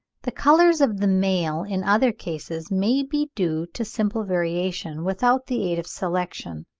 the colours of the male in other cases may be due to simple variation, without the aid of selection.